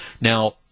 Now